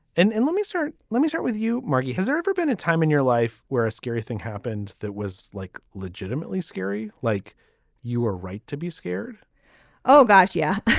and and let me sir let me start with you marty. has there ever been a time in your life where a scary thing happened. that was like legitimately scary like you were right to be scared oh gosh yeah.